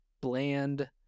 bland